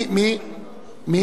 הוא